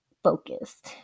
focused